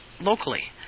locally